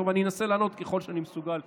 ואני אנסה לענות עובדתית ככל שאני מסוגל.